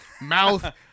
mouth